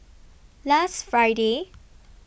last Friday